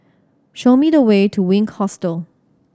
show me the way to Wink Hostel